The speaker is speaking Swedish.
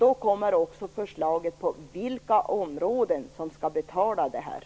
Då kommer också ett förslag om vilka områden som skall betala detta.